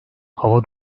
hava